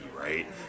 right